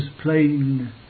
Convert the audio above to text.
plain